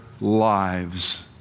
lives